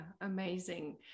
amazing